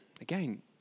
Again